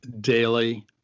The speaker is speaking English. daily